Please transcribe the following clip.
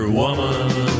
woman